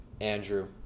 Andrew